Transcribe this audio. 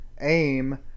aim